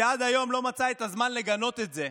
שעד היום לא מצא את הזמן לגנות את זה,